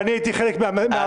ואני הייתי חלק מהמסכימים.